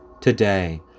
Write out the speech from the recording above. Today